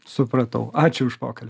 supratau ačiū už pokalbį